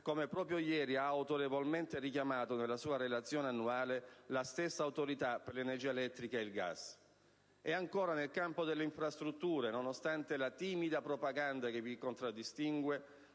come proprio ieri ha autorevolmente richiamato nella sua relazione annuale la stessa Autorità per l'energia elettrica e il gas. Nel campo delle infrastrutture, nonostante la timida propaganda che vi contraddistingue,